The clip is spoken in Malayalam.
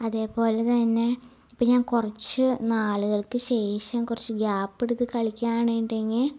അതേപോലെ തന്നെ ഇപ്പം ഞാൻ കുറച്ചു നാളുകൾക്ക് ശേഷം കുറച്ച് ഗ്യാപ്പെടുത്ത് കളിക്കുവാണെങ്കിൽ